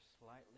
slightly